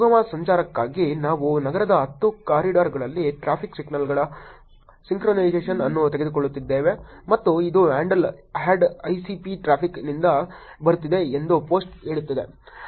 ಸುಗಮ ಸಂಚಾರಕ್ಕಾಗಿ ನಾವು ನಗರದ 10 ಕಾರಿಡಾರ್ಗಳಲ್ಲಿ ಟ್ರಾಫಿಕ್ ಸಿಗ್ನಲ್ಗಳ ಸಿಂಕ್ರೊನೈಸೇಶನ್ ಅನ್ನು ತೆಗೆದುಕೊಳ್ಳುತ್ತಿದ್ದೇವೆ ಮತ್ತು ಇದು ಹ್ಯಾಂಡಲ್ AddICPTraffic ನಿಂದ ಬರುತ್ತಿದೆ ಎಂದು ಪೋಸ್ಟ್ ಹೇಳುತ್ತದೆ